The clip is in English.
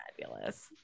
fabulous